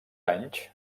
anys